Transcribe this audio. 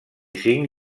cinc